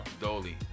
Dolly